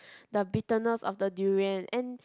the bitterness of the durian and